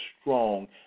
strong